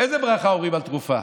איזו ברכה אומרים על תרופה?